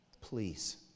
Please